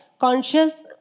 conscious